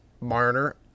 Marner